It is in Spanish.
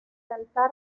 altar